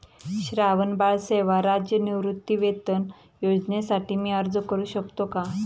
श्रावणबाळ सेवा राज्य निवृत्तीवेतन योजनेसाठी मी अर्ज करू शकतो का?